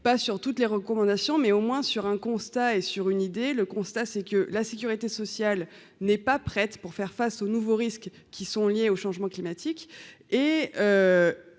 pas sur toutes les recommandations, mais au moins sur un constat et sur une idée, le constat c'est que la sécurité sociale n'est pas prête pour faire face aux nouveaux risques qui sont liés au changement climat. Chic et